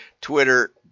twitter